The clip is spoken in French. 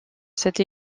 cette